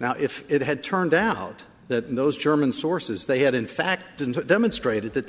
now if it had turned out that those german sources they had in fact didn't demonstrated that